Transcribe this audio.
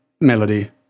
melody